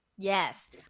Yes